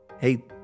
hey